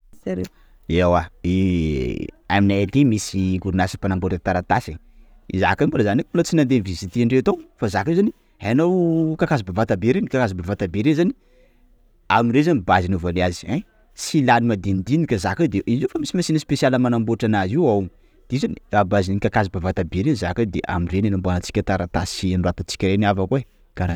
Ewa aminay aty misy orinasa mpanamboatra taratasy e! _x000D_ Zaka io, za ndreka mbola tsy nandeha ni-visité andreo fa zaka io zany, hainao kakazo ba vata ve reny? _x000D_ Kakazo be vata be reny zany amireny zany base hanaovany azy; ein! _x000D_ Silihanay madinidinika zaka io; de izy io efa misy machine spéciale manamboatra anazy io ao; de io zany; a base ny kakazo ba vata be reny zaka io, de amireny hanamboarantsika taratasy hanoratantsika reny havako hein! _x000D_ Kara.